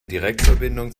direktverbindung